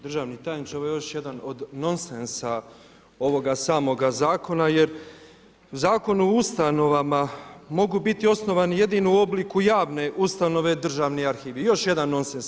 Državni tajniče ovo je još jedan od nonsensa ovoga samoga zakona jer Zakon o ustanovama mogu biti osnovani jedino u obliku javne ustanove Državni arhivi, još jedan nonsens.